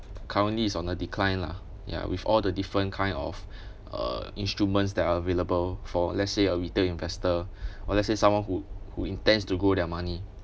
currently is on a decline lah ya with all the different kind of uh instruments that are available for let's say a retail investor or let's say someone who who intends to grow their money